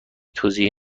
توضیحی